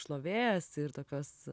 šlovės ir tokios